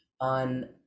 on